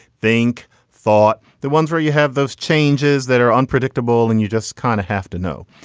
think, thought the ones where you have those changes that are unpredictable and you just kind of have to know.